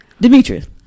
Demetrius